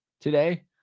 Today